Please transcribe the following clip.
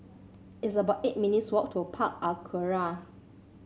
it's about eight minutes' walk to Park Aquaria